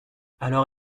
alors